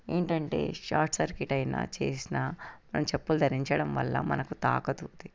ఏంటంటే short circuit అయినా చేసినా మనం చెప్పులు ధరించడం వల్ల మనకు తాకదు